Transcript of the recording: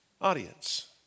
audience